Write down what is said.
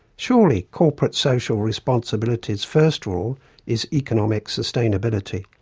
surely corporate social responsibility's first rule is economic sustainability.